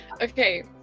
okay